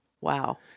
Wow